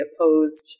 opposed